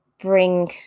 bring